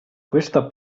questa